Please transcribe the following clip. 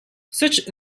such